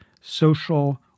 social